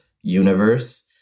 universe